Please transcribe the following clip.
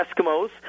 Eskimos